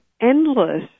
endless